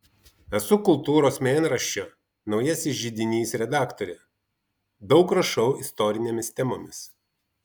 esu kultūros mėnraščio naujasis židinys redaktorė daug rašau istorinėmis temomis